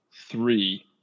three